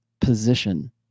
position